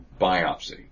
biopsy